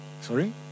Sorry